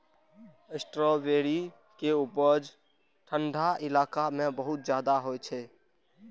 strawberry के उपज ठंढा इलाका मे बहुत ज्यादा होइ छै